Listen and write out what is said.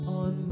on